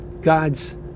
God's